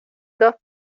dos